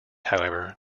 however